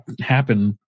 happen